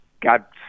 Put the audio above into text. got